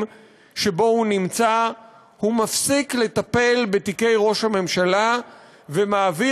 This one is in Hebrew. שבו הוא נמצא הוא מפסיק לטפל בתיקי ראש הממשלה ומעביר